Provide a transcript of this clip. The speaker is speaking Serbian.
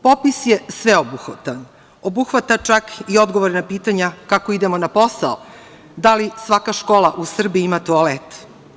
Popis je sveobuhvatan, obuhvata čak i odgovor na pitanja kako idemo na posao, da li svaka škola u Srbiji ima toalet.